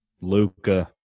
Luca